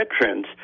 veterans